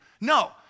No